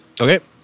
Okay